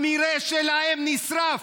המרעה שלהם נשרף,